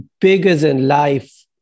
bigger-than-life